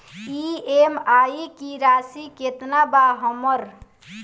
EMI की राशि केतना बा हमर?